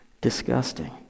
disgusting